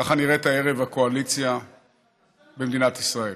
ככה נראית הערב הקואליציה במדינת ישראל.